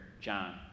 John